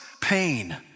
pain